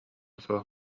суох